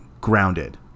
grounded